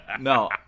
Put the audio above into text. No